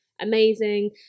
amazing